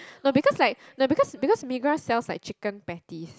no because like no because because Migros sell like chicken peptics